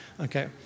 Okay